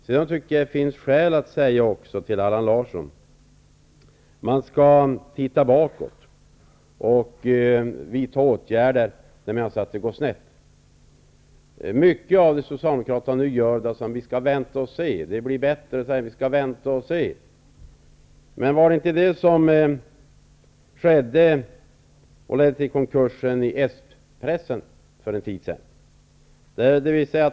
Jag tycker att det finns skäl att säga till Allan Larsson att om man skall se bakåt och vidta åtgärder, finns det risk för att det kan gå snett. Socialdemokraterna säger ofta att vi skall vänta och se, och att det blir bättre sedan. Var det inte detta som ledde till konkursen för s-pressen för en tid sedan?